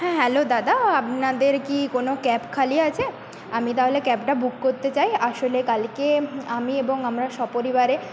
হ্যাঁ হ্যালো দাদা আপনাদের কি কোনো ক্যাব খালি আছে আমি তাহলে ক্যাবটা বুক করতে চাই আসলে কালকে আমি এবং আমরা সপরিবারে